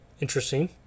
Interesting